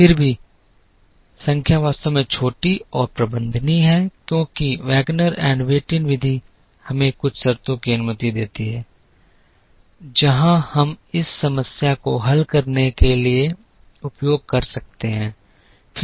फिर भी संख्या वास्तव में छोटी और प्रबंधनीय है क्योंकि वैगनर और व्हिटिन विधि हमें कुछ शर्तों की अनुमति देती है जहां हम इस समस्या को हल करने के लिए उपयोग कर सकते हैं